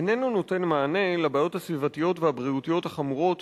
איננו נותן מענה לבעיות הסביבתיות והבריאותיות החמורות